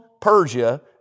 Persia